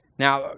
Now